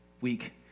week